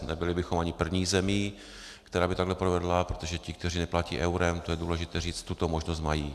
Nebyli bychom ani první zemí, která by to takhle provedla, protože ti, kteří neplatí eurem, to je důležité říct, tuto možnost mají.